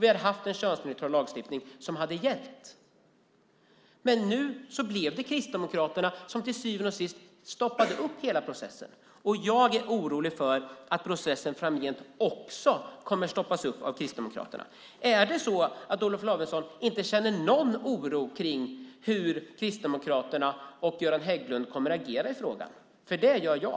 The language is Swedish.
Vi hade haft en könsneutral lagstiftning. Men nu blev det Kristdemokraterna som till syvende och sist stoppade processen. Jag är orolig för att processen framgent också kommer att stoppas av Kristdemokraterna. Känner inte Olof Lavesson någon oro för hur Kristdemokraterna och Göran Hägglund kommer att agera i frågan? Det gör jag.